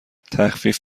تخفیف